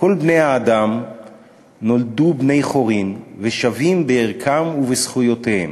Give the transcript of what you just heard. "כל בני האדם נולדו בני חורין ושווים בערכם ובזכויותיהם.